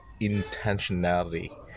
intentionality